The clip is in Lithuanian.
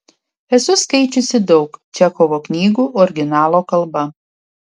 esu skaičiusi daug čechovo knygų originalo kalba